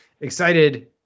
excited